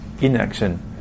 inaction